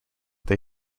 they